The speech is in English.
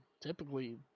typically